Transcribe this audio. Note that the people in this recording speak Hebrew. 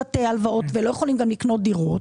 לקחת הלוואות ולא יכולים גם לקנות דירות.